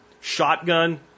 Shotgun